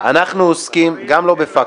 גם לא בפקטור.